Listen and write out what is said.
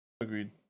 Agreed